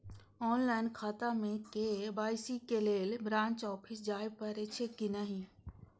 Online खाता में KYC के लेल ब्रांच ऑफिस जाय परेछै कि नहिं?